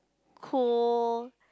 cool